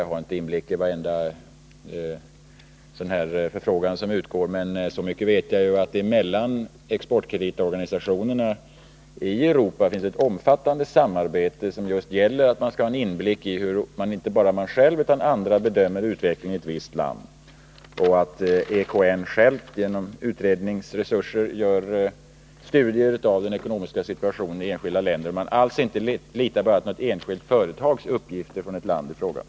Jag har inte inblick i varenda förfrågan som utgår, men jag vet så mycket som att det mellan exportkreditorganen i Europa finns ett omfattande samarbete som just har till syfte att ge en inblick i hur andra länder och inte bara det egna landet bedömer utvecklingen i ett visst land. Jag vet också att EKN själv gör studier av den ekonomiska situationen i enskilda länder”och inte litar på enskilda företags uppgifter om ett visst land.